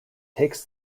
takes